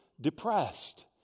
depressed